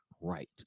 right